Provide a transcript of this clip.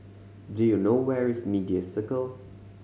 do you know where is Media Circle